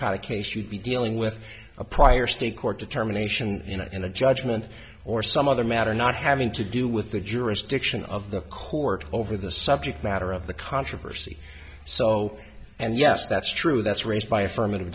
a case you'd be dealing with a prior state court determination you know in a judgment or some other matter not having to do with the jurisdiction of the court over the subject matter of the controversy so and yes that's true that's raised by affirmative